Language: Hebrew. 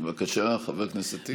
בבקשה, חבר הכנסת טיבי.